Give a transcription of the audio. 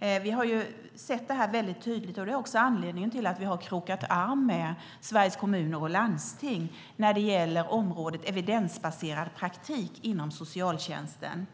Vi har sett det här väldigt tydligt. Det är också anledningen till att vi har krokat arm med Sveriges Kommuner och Landsting när det gäller området evidensbaserad praktik inom socialtjänsten.